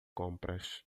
compras